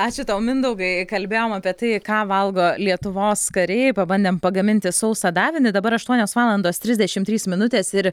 ačiū tau mindaugai kalbėjom apie tai ką valgo lietuvos kariai pabandėm pagaminti sausą davinį dabar aštuonios valandos trisdešim trys minutės ir